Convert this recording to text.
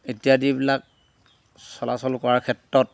ইত্যাদিবিলাক চলাচল কৰাৰ ক্ষেত্ৰত